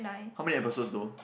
how many episodes though